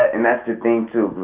and that's the thing too.